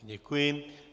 Děkuji.